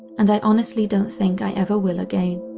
and i honestly don't think i ever will again.